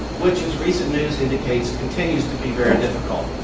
which, as recent news indicates, continues to be very difficult.